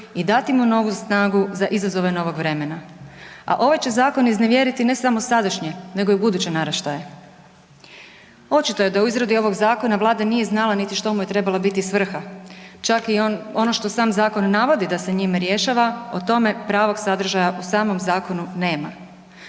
i dati mu novu snagu za izazove novog vremena. A ovaj će zakon iznevjeriti ne samo sadašnje nego i buduće naraštaje. Očito je da u izradi ovog zakona Vlada nije znala niti što mu je trebala biti svrha čak i ono što sam zakon navodi da se njime rješava, o tome pravog sadržaja u samom zakonu nema.